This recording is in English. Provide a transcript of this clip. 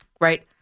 right